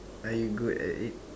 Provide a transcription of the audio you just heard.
are you good at it